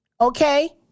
okay